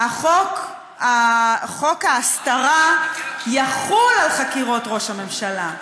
חוק ההסתרה יחול על חקירות ראש הממשלה,